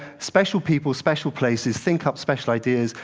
special people, special places, think up special ideas,